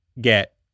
get